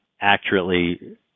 accurately